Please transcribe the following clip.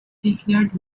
declared